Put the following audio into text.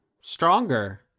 stronger